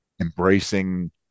embracing